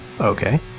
Okay